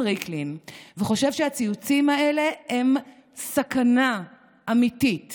ריקלין וחושב שהציוצים האלה הם סכנה אמיתית